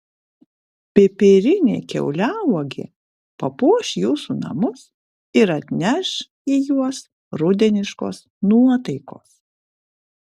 pipirinė kiauliauogė papuoš jūsų namus ir atneš į juos rudeniškos nuotaikos